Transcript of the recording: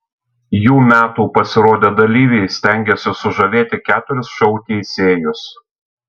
jų metų pasirodę dalyviai stengėsi sužavėti keturis šou teisėjus